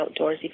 outdoorsy